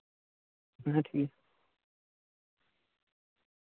ᱦᱮᱸ ᱴᱷᱤᱠᱜᱮᱭᱟ